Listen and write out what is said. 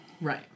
right